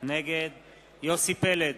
נגד יוסי פלד,